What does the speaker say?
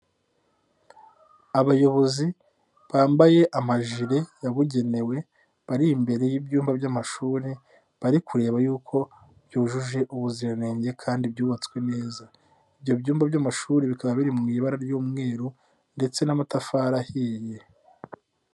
Abayobozi bambaye amajiri yabugenewe bari imbere y'ibyumba by'amashuri, bari kureba yuko byujuje ubuziranenge kandi byubatswe neza. Ibyo byumba by'amashuri bikaba biri mu ibara ry'umweru ndetse n'amatafari ahiye.